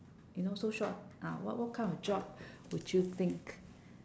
you know so short ah wha~ what kind of job would you think